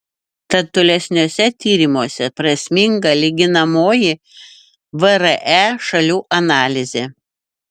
tad tolesniuose tyrimuose prasminga lyginamoji vre šalių analizė